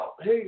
Hey